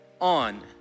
on